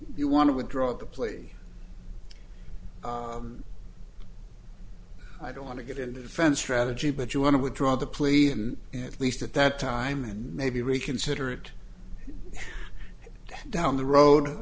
you want to withdraw the plea i don't want to get into defense strategy but you want to withdraw the plea and at least at that time and maybe reconsider it down the road